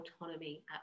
autonomy